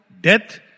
death